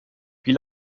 wie